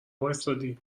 واستادی